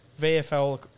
VFL